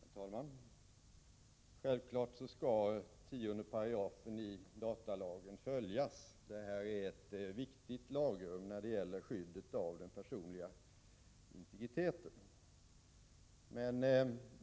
Herr talman! Självfallet skall 10 § i datalagen följas. Den är ett viktigt lagrum när det gäller skyddet av den personliga integriteten.